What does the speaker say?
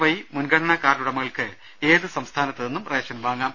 Y മുൻഗ ണന കാർഡുടമകൾക്ക് ഏത് സംസ്ഥാനത്തുനിന്നും റേഷൻ വാങ്ങാം